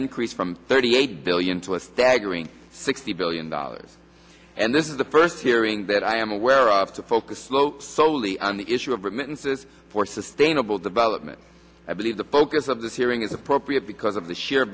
increased from thirty eight billion to a staggering sixty billion dollars and this is the first hearing that i am aware of to focus local soley on the issue of remittances for sustainable development i believe the focus of this hearing is appropriate because of the sheer